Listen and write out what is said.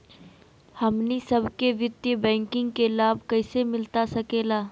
हमनी सबके वित्तीय बैंकिंग के लाभ कैसे मिलता सके ला?